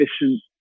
efficient